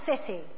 city